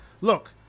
Look